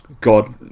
God